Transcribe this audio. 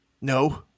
No